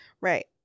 Right